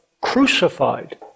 crucified